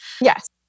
Yes